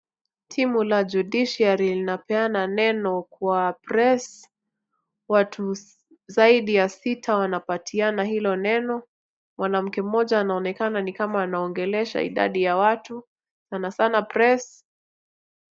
Timu la Judiciary linapeana neno kwa press watu zaidi ya sita wanapatiana hilo neno. Mwanamke mmoja anaonekana ni kama anaongelesha idadi ya watu, sana sana press .